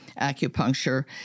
acupuncture